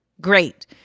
Great